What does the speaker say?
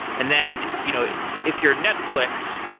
and then, you know if you're netflix,